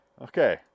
Okay